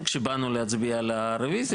אלא באמת לעשות שינוי בעניין הזה.